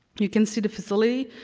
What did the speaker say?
you can see the facility,